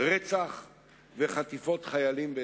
רצח וחטיפות של חיילים ואזרחים.